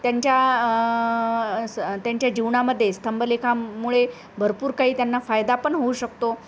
त्यांच्या त्यांच्या जीवनामध्ये स्तंभलेखामुळे भरपूर काही त्यांना फायदा पण होऊ शकतो